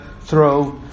throw